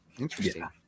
interesting